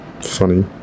Funny